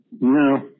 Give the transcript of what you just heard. no